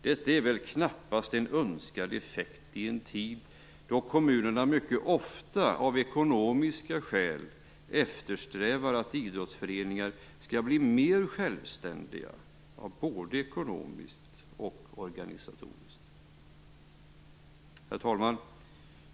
Det är väl knappast en önskad effekt i en tid då kommunerna mycket ofta av ekonomiska skäl eftersträvar att idrottsföreningar skall bli mer självständiga både ekonomiskt och organisatoriskt. Herr talman!